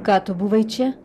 ką tu buvai čia